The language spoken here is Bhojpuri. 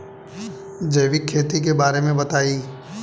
जैविक खेती के बारे में बताइ